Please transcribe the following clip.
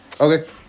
Okay